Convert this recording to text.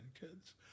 kids